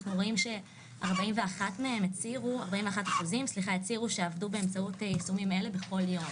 אנחנו רואים ש-41% מהם הצהירו שעבדו באמצעות יישומים אלה בכל יום.